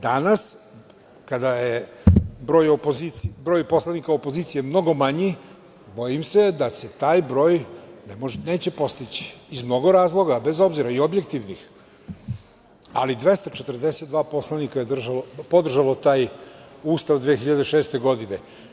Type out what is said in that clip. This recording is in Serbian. Danas kada je broj poslanika opozicije mnogo manji, bojim se da se taj broj neće postići iz mnogo razloga, bez obzira i objektivnih, ali 242 poslanika je podržalo taj Ustav 2006. godine.